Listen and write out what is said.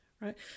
right